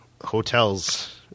hotels